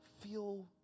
feel